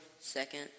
Second